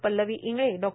Pallavi Ingle Dr